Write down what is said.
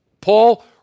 Paul